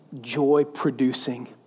joy-producing